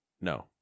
no